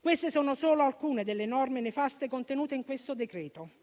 Queste sono solo alcune delle misure nefaste contenute in questo decreto-legge.